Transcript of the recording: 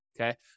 okay